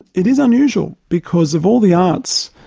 it is unusual, because of all the arts,